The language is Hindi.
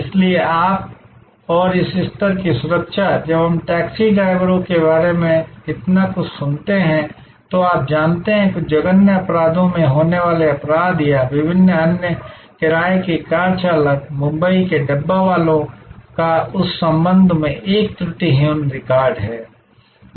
इसलिए आप और इस स्तर की सुरक्षा जब हम टैक्सी ड्राइवरों के बारे में इतना कुछ सुनते हैं तो आप जानते हैं कि कुछ जघन्य अपराधों में होने वाले अपराध या विभिन्न अन्य किराए के कार चालक मुंबई के डब्बावालों का उस संबंध में एक त्रुटिहीन रिकॉर्ड है